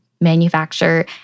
manufacture